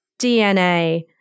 DNA